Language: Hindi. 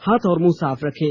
हाथ और मुंह साफ रखें